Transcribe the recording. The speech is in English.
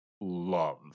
love